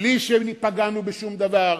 בלי שפגענו בדבר,